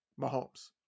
Mahomes